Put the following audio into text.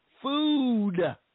food